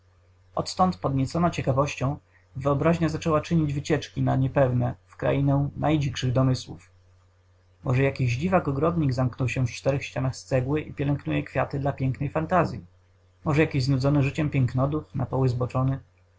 odtąd podniecona ciekawością wyobraźnia zaczęła czynić wycieczki na niepewne w krainę najdzikszych domysłów może jakiś dziwak ogrodnik zamknął się w czterech ścianach z cegły i pielęgnuje kwiaty dla pięknej fantazyi może jakis znudzony życiem pięknoduch na poły zboczony